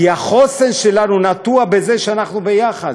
כי החוסן שלנו נטוע בזה שאנחנו יחד,